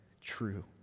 true